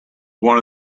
one